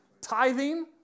Tithing